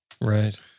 right